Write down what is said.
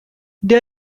they